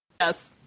yes